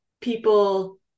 people